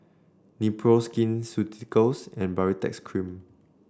Nepro Skin Ceuticals and Baritex Cream